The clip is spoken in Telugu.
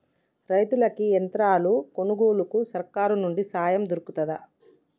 రైతులకి యంత్రాలు కొనుగోలుకు సర్కారు నుండి సాయం దొరుకుతదా?